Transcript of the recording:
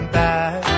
back